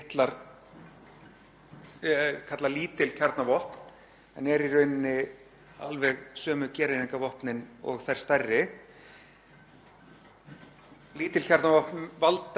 Lítil kjarnavopn valda það miklum skaða að það er ekki hægt að beita þeim öðruvísi en að vera í rauninni á skjön við alþjóðalög.